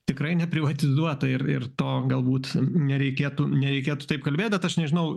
tikrai neprivatizuota ir ir to galbūt nereikėtų nereikėtų taip kalbėt bet aš nežinau